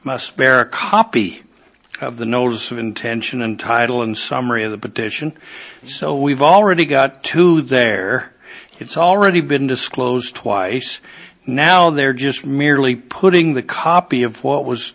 must bear a copy of the notice of intention and title and summary of the petition so we've already got two there it's already been disclosed twice now and they're just merely putting the copy of what was